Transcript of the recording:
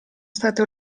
state